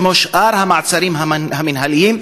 כמו שאר המעצרים המינהליים,